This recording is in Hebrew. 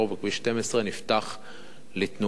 וכביש 12 נפתח לתנועה.